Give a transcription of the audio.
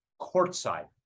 courtside